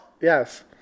yes